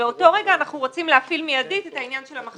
באותו רגע אנחנו רוצים להפעיל מיידית את העניין של המחזוריות.